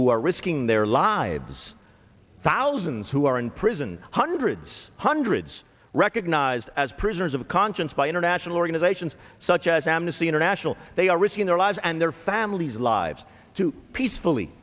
who are risking their lives thousands who are in prison hundreds hundreds recognized as prisoners of conscience by international organizations such as amnesty international they are risking their lives and their family's lives to peacefully